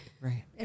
right